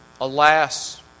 alas